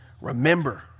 Remember